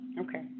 Okay